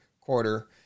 quarter